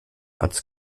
als